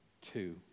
two